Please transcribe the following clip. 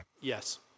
Yes